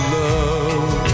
love